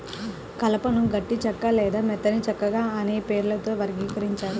కలపను గట్టి చెక్క లేదా మెత్తని చెక్కగా అనే పేర్లతో వర్గీకరించారు